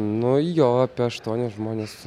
nuo jo apie aštuonis žmones